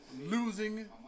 Losing